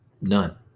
None